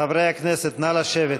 חברי הכנסת, נא לשבת.